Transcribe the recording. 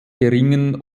geringen